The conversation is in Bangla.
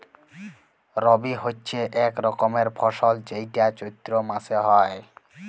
রবি হচ্যে এক রকমের ফসল যেইটা চৈত্র মাসে হ্যয়